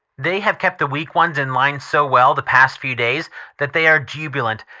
they have kept the weak ones in line so well the past few days that they are jubilant,